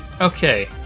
Okay